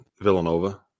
Villanova